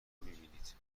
میبینید